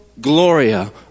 Gloria